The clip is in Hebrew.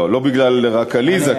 לא רק בגלל עליזה,